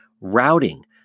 routing